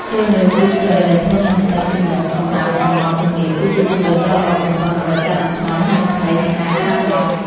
ជ្រើសរើសពូជស្រូវដែលធន់នឹងទឹកជំនន់សម្រាប់តំបន់ទំនាបគឺជាជម្រើសដ៏ល្អបំផុតដើម្បីកាត់បន្ថយហានិភ័យនៃការខាតបង់។